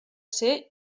ser